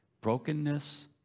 Brokenness